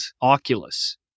Oculus